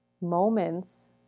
moments